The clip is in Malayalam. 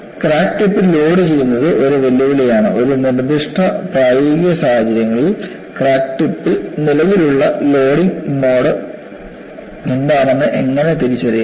ക്രാക്ക് ടിപ്പിൽ ലോഡുചെയ്യുന്നത് ഒരു വെല്ലുവിളിയാണ് ഒരു നിർദ്ദിഷ്ട പ്രായോഗിക സാഹചര്യത്തിൽ ക്രാക്ക് ടിപ്പിൽ നിലവിലുള്ള ലോഡിംഗ് മോഡ് എന്താണെന്ന് എങ്ങനെ തിരിച്ചറിയാം